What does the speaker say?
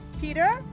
Peter